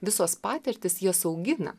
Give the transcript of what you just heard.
visos patirtys jos augina